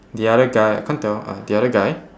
the other I can't tell ah the other guy